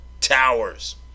Towers